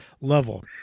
level